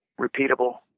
repeatable